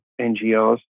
NGOs